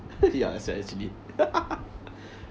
ya also actually